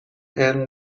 علم